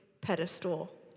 pedestal